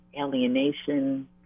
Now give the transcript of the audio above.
alienation